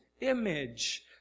image